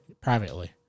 privately